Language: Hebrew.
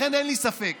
לכן אין לי ספק